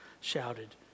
shouted